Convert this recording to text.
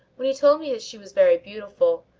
when he told me that she was very beautiful,